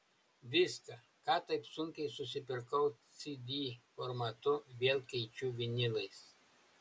viską ką taip sunkiai susipirkau cd formatu vėl keičiu vinilais